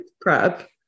prep